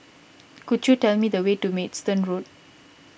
could you tell me the way to Maidstone Road